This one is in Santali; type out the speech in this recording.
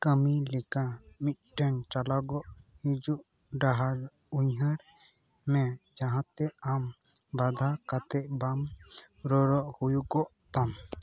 ᱠᱟᱢᱤ ᱞᱮᱠᱟ ᱢᱤᱫᱴᱮᱱ ᱪᱟᱞᱟᱜᱚᱜ ᱦᱤᱡᱩᱜ ᱰᱟᱦᱟᱨ ᱩᱸᱭᱦᱟᱹᱨ ᱢᱮ ᱡᱟᱦᱟᱸᱛᱮ ᱟᱢ ᱵᱟᱫᱷᱟ ᱠᱟᱛᱮ ᱵᱟᱢ ᱨᱚᱨᱚ ᱦᱩᱭᱩᱜᱚᱜ ᱛᱟᱢ